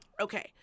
Okay